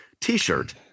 T-shirt